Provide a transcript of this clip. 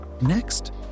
Next